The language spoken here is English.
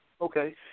Okay